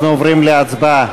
אנחנו עוברים להצבעה.